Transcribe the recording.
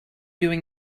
doing